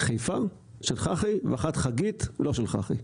חיפה, של חח"י, ואחת חגית, לא של חח"י.